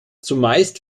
zumeist